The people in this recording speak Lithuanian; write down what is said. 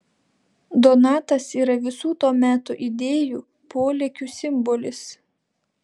donatas yra visų to meto idėjų polėkių simbolis